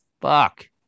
Fuck